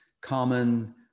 common